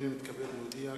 הנני מתכבד להודיע,